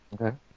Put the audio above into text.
Okay